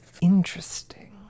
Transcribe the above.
interesting